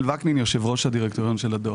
יושב-ראש הדירקטוריון של הדואר.